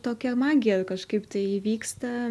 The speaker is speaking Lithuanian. tokia magija kažkaip tai įvyksta